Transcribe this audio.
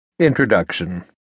Introduction